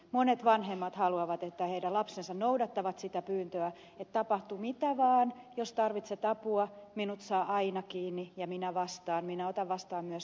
monet vanhemmat haluavat että heidän lapsensa noudattavat sitä pyyntöä että ottavat yhteyttä tapahtuu mitä vaan jos tarvitsevat apua vanhemmat saa aina kiinni ja he vastaavat he ottavat vastaan myös tekstiviestit